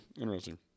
Interesting